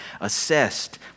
assessed